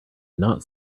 not